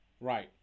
Right